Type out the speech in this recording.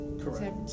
Correct